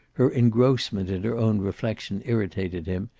her engrossment in her own reflection irritated him,